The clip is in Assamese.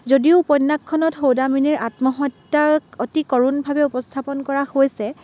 যদিও উপন্যাসখনত সৌদামিনীৰ আত্মহত্যাক অতি কৰুণভাৱে উপস্থাপন কৰা হৈছে